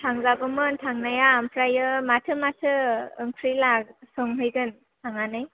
थांजागौमोन थांनाया ओमफ्राय माथो माथो ओंख्रि संहैगोन थांनानै